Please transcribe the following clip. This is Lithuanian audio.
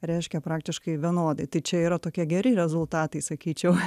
reiškia praktiškai vienodai tai čia yra tokie geri rezultatai sakyčiau